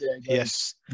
Yes